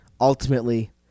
ultimately